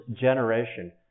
generation